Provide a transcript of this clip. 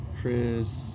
Chris